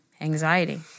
anxiety